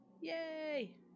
Yay